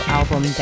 album